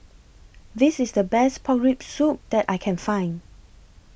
This IS The Best Pork Rib Soup that I Can Find